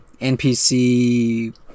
NPC